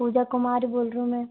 पूजा कुमारी बोल रही हूँ मैं